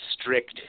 strict